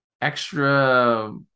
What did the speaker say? extra